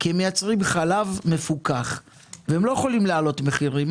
כי הם מייצרים חלק מפוקח והם לא יכולים להעלות מחירים.